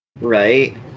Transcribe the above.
Right